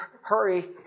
Hurry